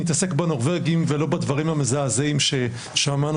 נתעסק בנורבגים ולא בדברים המזעזעים ששמענו